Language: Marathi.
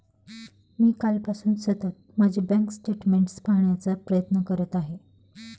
मी कालपासून सतत माझे बँक स्टेटमेंट्स पाहण्याचा प्रयत्न करत आहे